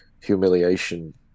humiliation